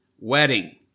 wedding